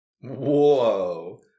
Whoa